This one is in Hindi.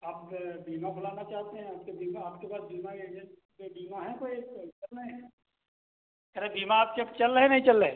आप बीमा खोलाना चाहते हैं आपके बीमा आपके पास बीमा एजेन्ट ये बीमा है कोई एक चल रहे कह रहे बीमा आपके अभी चल रहे नहीं चल रहे